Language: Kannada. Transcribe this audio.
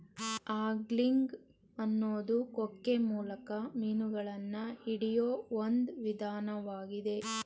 ಆಂಗ್ಲಿಂಗ್ ಅನ್ನೋದು ಕೊಕ್ಕೆ ಮೂಲಕ ಮೀನುಗಳನ್ನ ಹಿಡಿಯೋ ಒಂದ್ ವಿಧಾನ್ವಾಗಿದೆ